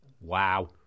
Wow